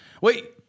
Wait